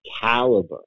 caliber